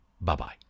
bye-bye